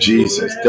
Jesus